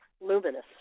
luminous